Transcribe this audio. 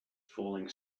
falling